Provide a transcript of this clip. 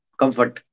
comfort